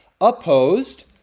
opposed